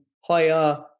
higher